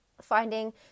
finding